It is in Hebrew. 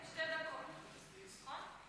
שתי דקות, נכון?